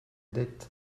dette